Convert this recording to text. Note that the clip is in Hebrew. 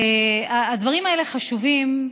הדברים האלה חשובים.